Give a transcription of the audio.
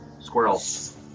squirrels